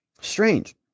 Strange